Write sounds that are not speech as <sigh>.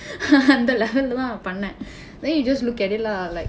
<laughs> அந்த:andtha level-ae தான் பண்ணேன்:thaan panneen then you just look at it lah like